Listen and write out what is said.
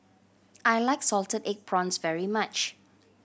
I like salted egg prawns very much